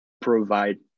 provide